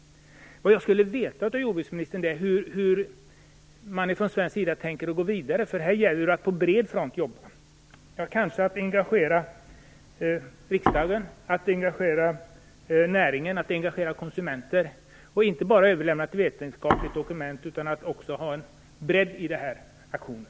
Jag skulle av jordbruksministern vilja veta hur man från svensk sida tänker gå vidare. Här gäller det ju att jobba på bred front och kanske engagera riksdagen, näringen och konsumenterna. Det gäller inte bara att överlämna ett vetenskapligt dokument utan också att ha en bredd i aktionen.